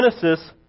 Genesis